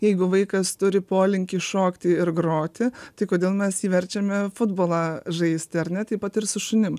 jeigu vaikas turi polinkį šokti ir groti tai kodėl mes jį verčiame futbolą žaisti ar ne taip pat ir su šunim